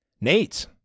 Nate